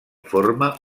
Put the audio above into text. forma